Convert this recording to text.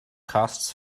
costs